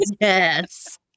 Yes